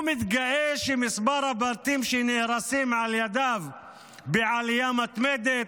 הוא מתגאה שמספר הבתים שנהרסים על ידיו בעלייה מתמדת,